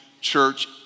church